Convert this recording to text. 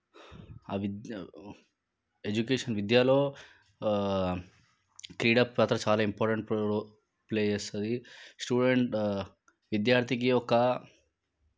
ఆ విద్య ఎడ్యుకేషన్ విద్యలో క్రీడ పాత్ర చాలా ఇంపార్టెంట్ రోల్ ప్లే చేస్తుంది స్టూడెంట్ విద్యార్థికి ఒక